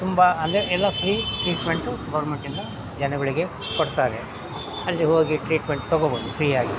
ತುಂಬ ಅಂದರೆ ಎಲ್ಲ ಫ್ರೀ ಟ್ರೀಟ್ಮೆಂಟು ಗೌರ್ಮೆಂಟಿಂದ ಜನಗಳಿಗೆ ಕೊಡ್ತಾರೆ ಅಲ್ಲಿ ಹೋಗಿ ಟ್ರೀಟ್ಮೆಂಟ್ ತಗೊಳ್ಬೋದು ಫ್ರೀಯಾಗಿ